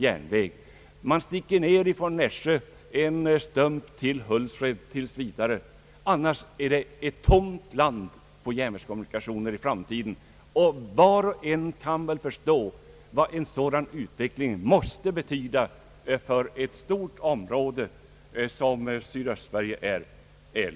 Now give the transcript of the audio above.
Från Nässjö sticker man ned en stump till Hultsfred tills vidare, annars är området i framtiden tomt på järnvägskommunikationer. Var och en kan väl förstå vad en sådan utveckling måste betyda för ett så stort område som Sydöstsverige är.